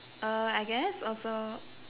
uh I guess also